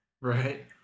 Right